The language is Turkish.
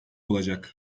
olacak